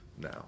now